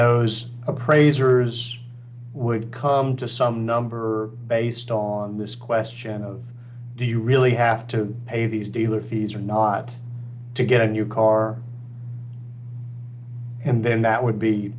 those appraisers would come to some number based on this question of do you really have to pay these dealer fees or not to get a new car and then that would be